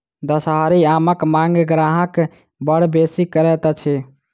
दसहरी आमक मांग ग्राहक बड़ बेसी करैत अछि